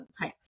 type